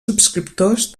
subscriptors